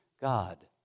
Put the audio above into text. God